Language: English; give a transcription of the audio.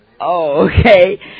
Okay